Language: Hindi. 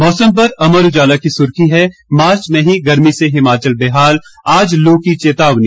मौसम पर अमर उजाला की सुर्खी है मार्च में ही गर्मी से हिमाचल बेहाल आज लू की चेतावनी